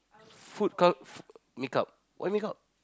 food come f~ make-up why make-up